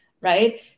right